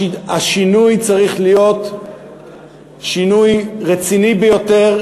השינוי צריך להיות שינוי רציני ביותר,